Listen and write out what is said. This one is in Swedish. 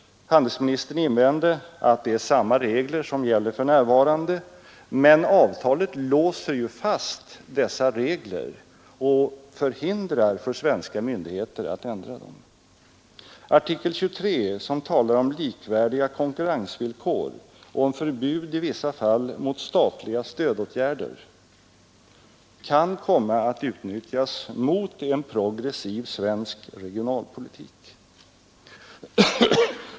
Handelsministern invände att det är samma regler som gäller för närvarande. Men avtalet låser ju fast dessa regler och hindrar svenska myndigheter att ändra dem. Artikel 23, som talar om likvärdiga konkurrensvillkor och om förbud i vissa fall mot statliga stödåtgärder, kan komma att utnyttjas mot en progressiv svensk regionalpolitik.